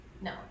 No